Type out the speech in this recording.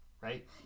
right